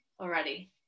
already